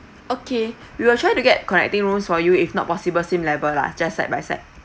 okay we will try to get connecting rooms for you if not possible same level lah just side by side